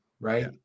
right